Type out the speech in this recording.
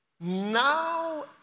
Now